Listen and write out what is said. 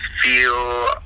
feel